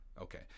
okay